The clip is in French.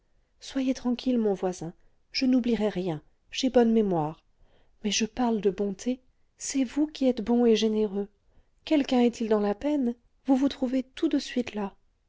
soyez tranquille mon voisin je n'oublierai rien j'ai bonne mémoire mais je parle de bonté c'est vous qui êtes bon et généreux quelqu'un est-il dans la peine vous vous trouvez tout de suite là